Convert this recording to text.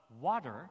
water